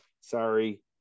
sorry